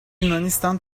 yunanistan